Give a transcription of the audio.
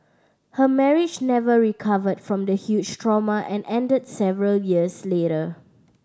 her marriage never recovered from the huge trauma and ended several years later